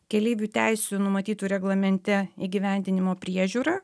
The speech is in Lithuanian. keleivių teisių numatytų reglamente įgyvendinimo priežiūra